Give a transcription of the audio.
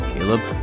Caleb